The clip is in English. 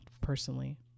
personally